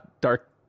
dark